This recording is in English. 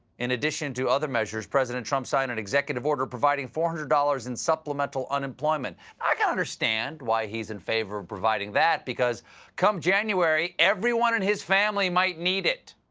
in addition to other measures president trump signed an executive order providing four hundred dollars in supplemental unemployment. i can understand why he is in favor providing that because come january everyone in his family might need it.